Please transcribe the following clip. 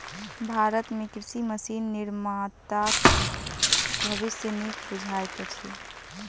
भारत मे कृषि मशीन निर्माताक भविष्य नीक बुझाइत अछि